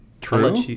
True